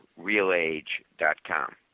realage.com